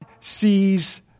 sees